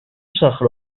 صخره